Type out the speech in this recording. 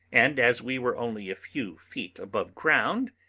and, as we were only a few feet above ground,